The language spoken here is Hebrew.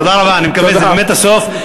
תודה רבה, אני מקווה שזה באמת הסוף.